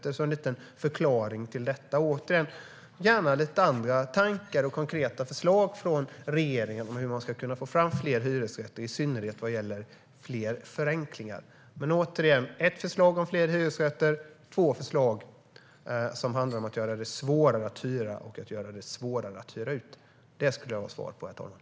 Jag vill ha en liten förklaring till detta och gärna lite andra tankar och konkreta förslag från regeringen om hur man ska kunna får fram fler hyresrätter och i synnerhet fler förenklingar. Återigen: Det är ett förslag om fler hyresrätter och två förslag som handlar om att göra det svårare att hyra och att göra det svårare att hyra ut. Det vill jag ha svar på, herr talman.